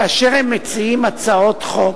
כאשר הם מציעים הצעות חוק,